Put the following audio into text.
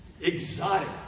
exotic